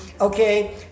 okay